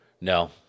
No